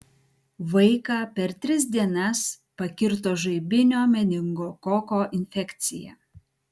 vaiką per tris dienas pakirto žaibinio meningokoko infekcija